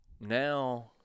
now